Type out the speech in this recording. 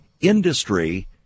industry